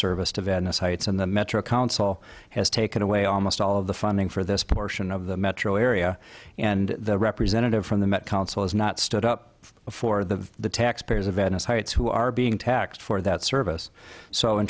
service to venice heights and the metro council has taken away almost all of the funding for this portion of the metro area and the representative from the met council has not stood up for the taxpayers of venice heights who are being taxed for that service so in